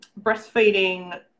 breastfeeding